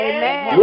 Amen